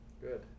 Good